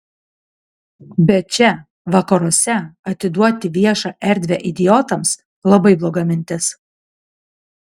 bet čia vakaruose atiduoti viešą erdvę idiotams labai bloga mintis